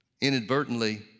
inadvertently